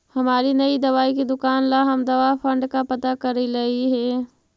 हमारी नई दवाई की दुकान ला हम दवा फण्ड का पता करलियई हे